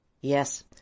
Yes